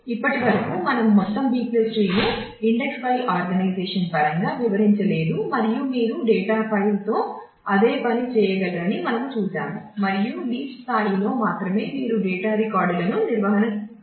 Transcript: ఇప్పటివరకు మనము మొత్తం B ట్రీ ను ఇండెక్స్ ఫైల్ ఆర్గనైజేషన్ స్థాయిలో మాత్రమే మీరు డేటా రికార్డులను నిర్వహణ కోసం ఉంచాలి